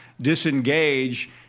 disengage